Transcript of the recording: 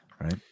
right